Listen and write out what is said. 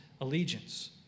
allegiance